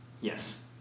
Yes